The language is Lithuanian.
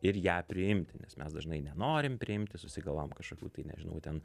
ir ją priimti nes mes dažnai nenorim priimti susigalvojam kažkokių tai nežinau ten